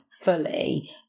fully